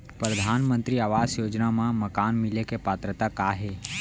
परधानमंतरी आवास योजना मा मकान मिले के पात्रता का हे?